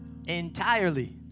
Entirely